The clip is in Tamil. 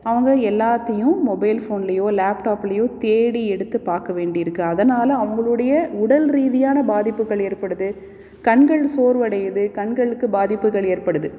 அவங்க எல்லாத்தேயும் மொபைல் ஃபோன்லேயோ லேப்டாப்லேயோ தேடி எடுத்து பார்க்க வேண்டி இருக்குது அதனால் அவங்களுடைய உடல் ரீதியான பாதிப்புகள் ஏற்படுது கண்கள் சோர்வடையுது கண்களுக்கு பாதிப்புகள் ஏற்படுது